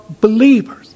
believers